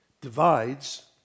divides